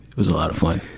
it was a lot of fun.